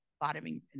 bottoming